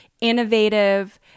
innovative